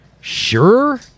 Sure